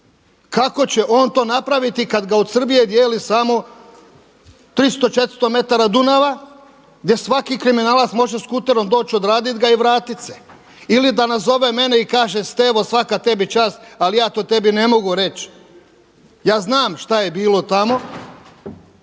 Kako će on to napraviti kad ga od Srbije dijeli samo 300, 400 metara Dunava gdje svaki kriminalac može skuterom doći, odradit ga i vratit se? Ili da nazove mene i kaže Stevo svaka tebi čast ali ja to tebi ne mogu reći, ja znam šta je bilo tamo.